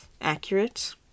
accurate